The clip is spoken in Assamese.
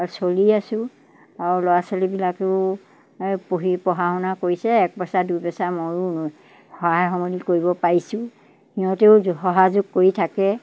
আৰু চলি আছোঁ আৰু ল'ৰা ছোৱালীবিলাকেও পঢ়ি পঢ়া শুনা কৰিছে এক পইচা দুই পইচা ময়ো সহায় সমলি কৰিব পাৰিছোঁ সিহঁতেও সহাযোগ কৰি থাকে